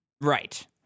Right